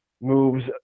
moves